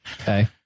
Okay